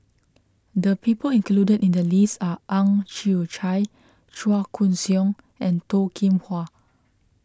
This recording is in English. the people included in the list are Ang Chwee Chai Chua Koon Siong and Toh Kim Hwa